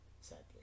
Sadly